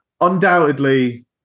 Undoubtedly